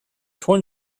torn